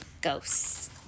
Ghosts